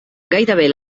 gairebé